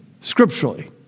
scripturally